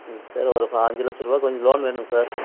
ம் சார் ஒரு பாஞ்சுலட்சரூபா லோன் வேணும் சார்